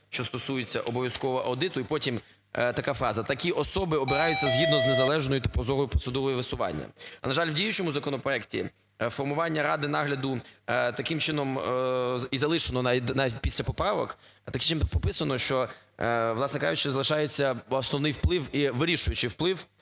що стосуються обов'язкового аудиту". І потім така фраза: "Такі особи обираються згідно незалежною та прозорою процедурою висування". На жаль, в діючому законопроекті формування ради нагляду таким чином і залишено навіть після поправок, таким чином прописано, що, власне кажучи, залишається основний вплив, і вирішуючий вплив,